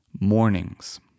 mornings